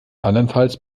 andernfalls